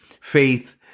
faith